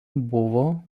buvo